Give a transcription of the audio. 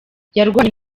yarwanye